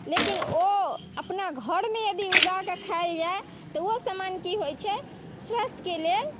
लेकिन ओ अपना घरमे यदि उगाके खायल जाय तऽ ओ समान की होइत छै स्वास्थ्यके लेल